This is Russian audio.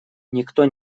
никто